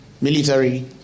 military